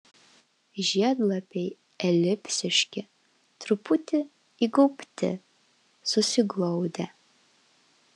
žiedlapiai elipsiški truputį įgaubti susiglaudę